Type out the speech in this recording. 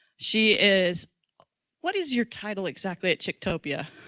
she is what is your title exactly at chictopia?